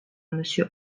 monsieur